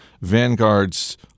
Vanguard's